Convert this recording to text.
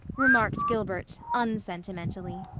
remarked gilbert unsentimentally.